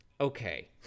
okay